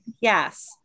Yes